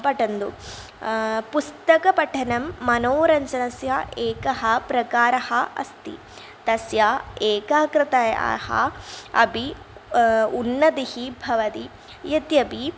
पठन्तु पुस्तकपठनं मनोरञ्जनस्य एकः प्रकारः अस्ति तस्य एकाग्रतायाः अपि उन्नतिः भवदि यद्यपि